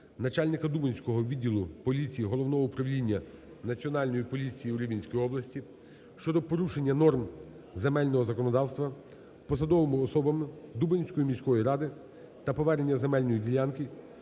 начальника Дубенського відділу поліції Головного управління Національної поліції у Рівненській області щодо порушень норм земельного законодавства посадовими особами Дубенської міської ради та повернення земельної ділянки,